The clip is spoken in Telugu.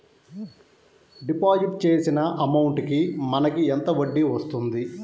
డిపాజిట్ చేసిన అమౌంట్ కి మనకి ఎంత వడ్డీ వస్తుంది?